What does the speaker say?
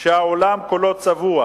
שהעולם כולו צבוע